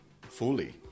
fully